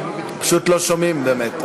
פשוט לא שומעים, באמת.